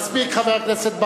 מספיק, חבר הכנסת בר-און.